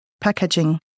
packaging